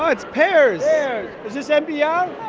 ah it's pears. is this npr?